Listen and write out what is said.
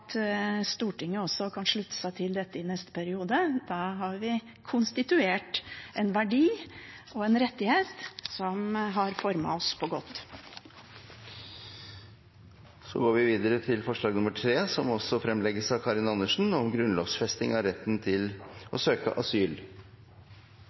at Stortinget også kan slutte seg til dette i neste periode. Da har vi konstituert en verdi og en rettighet som har formet oss på en god måte. Flere har ikke bedt om ordet til grunnlovsforslag 2. Grunnlovsbehandling er viktige saker. Det handler om noen av